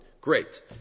Great